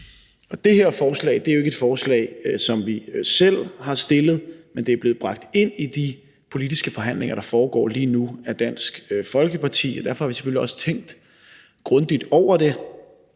Det her forslag er jo ikke et forslag, som vi selv har stillet, men det er blevet bragt ind i de politiske forhandlinger, der foregår lige nu, af Dansk Folkeparti, og derfor har vi selvfølgelig også tænkt grundigt over det.